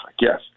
Yes